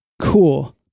Cool